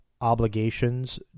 Obligations